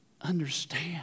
understand